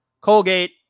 Colgate